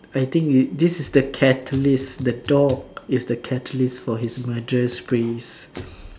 I think it this is the catalyst the dog is the catalyst for his murderous sprees